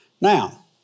Now